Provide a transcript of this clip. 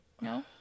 No